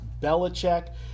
Belichick